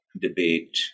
debate